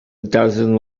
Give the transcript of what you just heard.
dozen